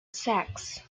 sacks